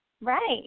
Right